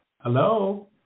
Hello